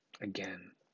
Again